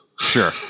Sure